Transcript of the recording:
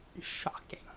shocking